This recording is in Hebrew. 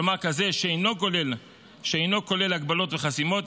כלומר כזה שאינו כולל הגבלות וחסימות,